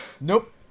nope